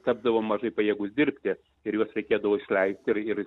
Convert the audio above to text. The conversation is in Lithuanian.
tapdavo mažai pajėgūs dirbti ir juos reikėdavo išleisti ir